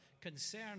concern